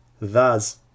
Thus